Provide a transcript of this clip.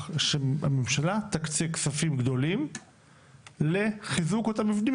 שהממשלה תקצה כספים גדולים לחיזוק אותם מבנים,